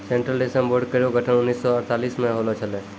central रेशम board केरो गठन उन्नीस सौ अड़तालीस म होलो छलै